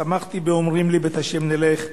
שמחתי באֹמרים לי בית ה' נלך,